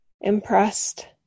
impressed